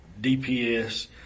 DPS